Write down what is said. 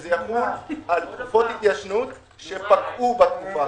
שזה יחול על תקופות התיישנות שפקעו בתקופה הזאת.